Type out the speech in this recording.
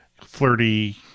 flirty